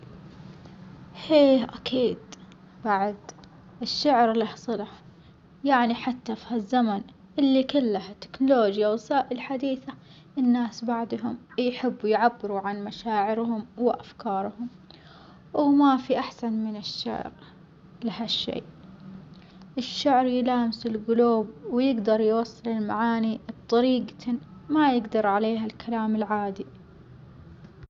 إيه أكيد بعد الشعر له صلة يعني حتى في هالزمن اللي كله تكنولوجيا ووسائل حديثة الناس بعدهم يحبوا يعبروا عن مشاعرهم وأفكارهم، وما في أحسن من الشعر لهالشي، الشعر يلامس الجلوب ويجدر يوصل المعاني بطريجة ما يجدر عليها الكلام العادي.